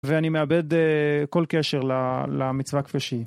ואני מאבד כל קשר למצווה כפי שהיא.